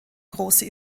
große